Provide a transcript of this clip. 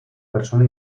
persona